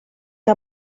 que